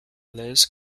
liz